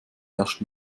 herrscht